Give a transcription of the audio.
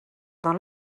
dans